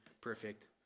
perfect